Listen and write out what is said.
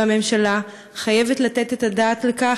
והממשלה חייבים לתת את הדעת על כך.